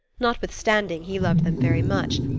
notwithstanding he loved them very much,